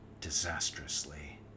disastrously